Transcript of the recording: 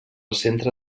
centre